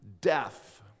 death